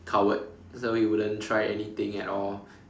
coward so he wouldn't try anything at all